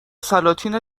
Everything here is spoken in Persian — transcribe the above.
سلاطین